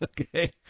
Okay